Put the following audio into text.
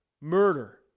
murder